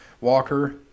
Walker